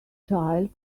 child